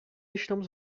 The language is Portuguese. estamos